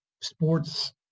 sports